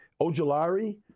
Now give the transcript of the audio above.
Ojolari